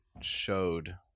showed